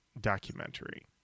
documentary